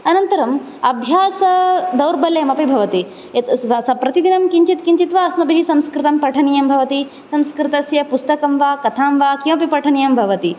अनन्तरम् अभ्यासदौर्बल्यमपि भवति प्रतिदिनं किञ्चित् किञ्चित् वा अस्माभिः संस्कृतं पठनीयं भवति संस्कृतस्य पुस्तकं वा कथां वा किमपि पठनीयं भवति